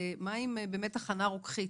ומה עם הכנה רוקחית?